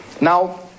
Now